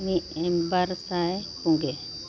ᱢᱤᱫ ᱵᱟᱨ ᱥᱟᱭ ᱯᱩᱜᱮ